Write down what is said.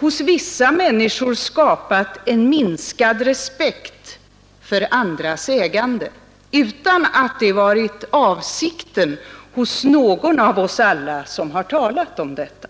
hos vissa människor skapat en minskad respekt för andras ägande utan att det varit avsikten hos någon av oss alla som har talat om detta.